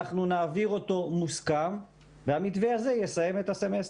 אנחנו נעביר אותו מוסכם והמתווה הזה יסיים את הסמסטר.